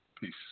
Peace